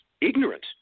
ignorant